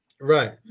Right